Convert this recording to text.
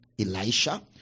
Elisha